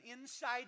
inside